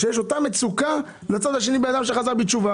שיש את אותה מצוקה גם אצל בן אדם שחזר בתשובה.